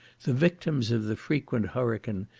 the victims of the frequent hurricane,